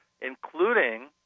including